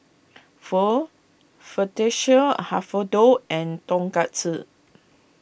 Pho Fettuccine Alfredo and Tonkatsu